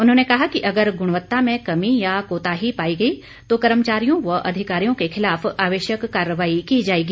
उन्होने कहा कि अगर गुणवत्ता में कमी या कोताही पाई गई तो कर्मचारियों य अधिकारियों के खिलाफ आवश्यक कार्रवाही की जाएगी